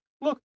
look